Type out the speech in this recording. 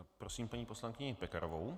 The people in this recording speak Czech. Prosím paní poslankyni Pekarovou.